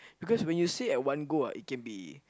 because when you say at one go ah it can be